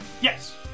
Yes